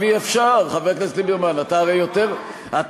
אתה יכול עכשיו.